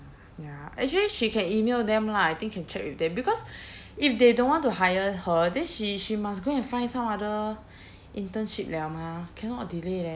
ya actually she can email them lah I think can check with them because if they don't want to hire her then she she must go and find some other internship liao mah cannot delay leh